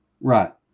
Right